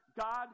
God